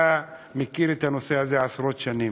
אתה מכיר את הנושא הזה עשרות שנים.